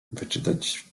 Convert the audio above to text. wyczytać